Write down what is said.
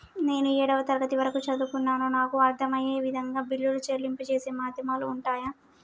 నేను ఏడవ తరగతి వరకు చదువుకున్నాను నాకు అర్దం అయ్యే విధంగా బిల్లుల చెల్లింపు చేసే మాధ్యమాలు ఉంటయా?